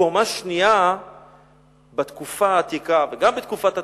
קומה שנייה בתקופה העתיקה, וגם בתקופת התנ"ך,